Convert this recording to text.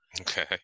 Okay